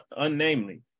unnamely